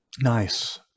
Nice